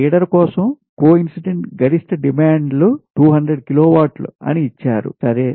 feeder కోసం coincident గరిష్ట డిమాండ్ల 200 కిలోవాట్ల అని ఇచ్చారు సరే